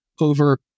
over